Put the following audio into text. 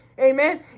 Amen